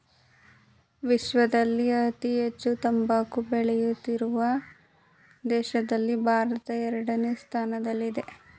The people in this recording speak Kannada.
ವಿಶ್ವದಲ್ಲಿ ಅತಿ ಹೆಚ್ಚು ತಂಬಾಕು ಬೆಳೆಯುತ್ತಿರುವ ದೇಶಗಳಲ್ಲಿ ಭಾರತ ಎರಡನೇ ಸ್ಥಾನದಲ್ಲಿದೆ